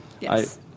Yes